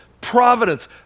providence